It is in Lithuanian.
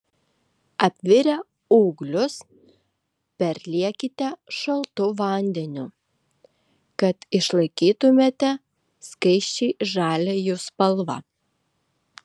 apvirę ūglius perliekite šaltu vandeniu kad išlaikytumėte skaisčiai žalią jų spalvą